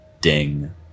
Ding